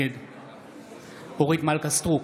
נגד אורית מלכה סטרוק,